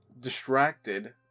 distracted